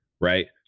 right